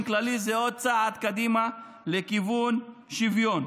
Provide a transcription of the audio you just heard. כללי זה עוד צעד קדימה לכיוון שוויון,